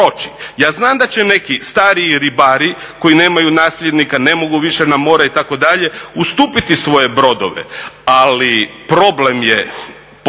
Ja znam da će neki stariji ribari koji nemaju nasljednika, ne mogu više na more itd. ustupiti svoje brodove, ali problem je ponajviše